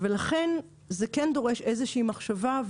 ולכן זה כן דורש איזו שהיא מחשבה,